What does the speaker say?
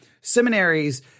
seminaries